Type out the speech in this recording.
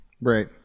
Right